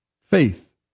Faith